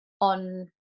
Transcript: on